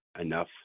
enough